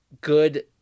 good